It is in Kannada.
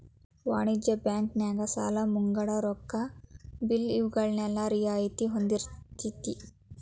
ವಾಣಿಜ್ಯ ಬ್ಯಾಂಕ್ ನ್ಯಾಗ ಸಾಲಾ ಮುಂಗಡ ರೊಕ್ಕಾ ಬಿಲ್ಲು ಇವ್ಗಳ್ಮ್ಯಾಲೆ ರಿಯಾಯ್ತಿ ಹೊಂದಿರ್ತೆತಿ